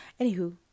Anywho